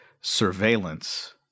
surveillance